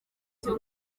cyo